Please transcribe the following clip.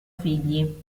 figli